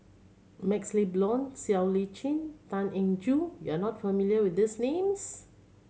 MaxLe Blond Siow Lee Chin Tan Eng Joo you are not familiar with these names